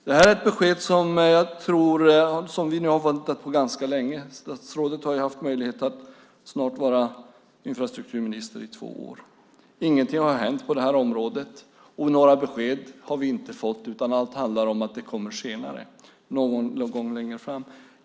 Det är ett besked som vi nu har väntat på ganska länge. Statsrådet har haft möjlighet att vara infrastrukturminister i snart två år. Ingenting har hänt på det här området. Vi har inte fått några besked, utan allt handlar om att det kommer senare någon gång längre fram.